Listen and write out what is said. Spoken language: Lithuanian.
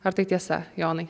ar tai tiesa jonai